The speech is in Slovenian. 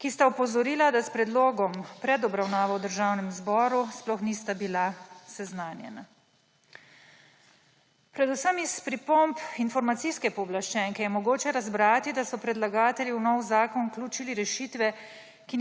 ki sta opozorila, da s predlogom pred obravnavo v Državnem zboru sploh nista bila seznanjena. Predvsem iz pripomb informacijske pooblaščenke je mogoče razbrati, da so predlagatelji v nov zakon vključili rešitve,